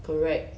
correct